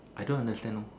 I don't understand lor